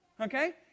Okay